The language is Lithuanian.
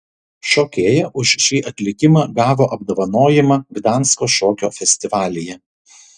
šokėja už šį atlikimą gavo apdovanojimą gdansko šokio festivalyje